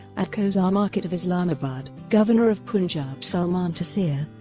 at kohsar market of islamabad, governor of punjab salmaan taseer,